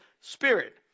Spirit